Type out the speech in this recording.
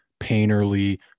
painterly